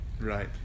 Right